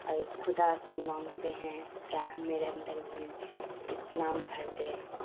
اور خدا سے مانگتے ہیں کیا ہے میرے اندر بھی اسلام بھر دے